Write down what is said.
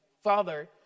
Father